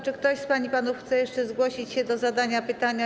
Czy ktoś z pań i panów chce jeszcze zgłosić się do zadania pytania?